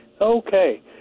Okay